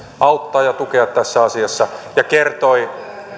auttaa ja tukea tässä asiassa ja kertoi